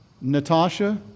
Natasha